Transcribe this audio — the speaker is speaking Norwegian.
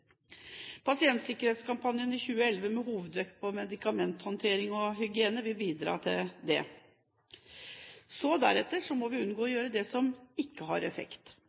Pasientsikkerhetskampanjen i 2011 med hovedvekt på medikamenthåndtering og hygiene vil bidra til det. Deretter må vi unngå å gjøre det som ikke har effekt.